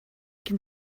can